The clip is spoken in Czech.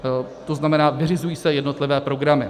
To znamená, vyřizují se jednotlivé programy.